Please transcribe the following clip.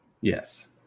Yes